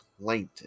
plaintiff